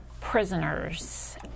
prisoners